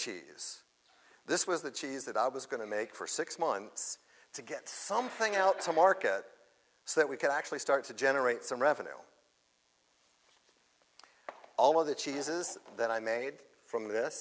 cheese this was the cheese that i was going to make for six months to get something out to market so that we could actually start to generate some revenue all of the cheeses that i made from th